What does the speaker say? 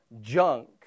junk